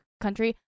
country